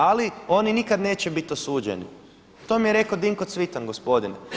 Ali oni nikada neće biti osuđeni, to mi je rekao Dinko Cvitan gospodin.